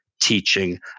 teaching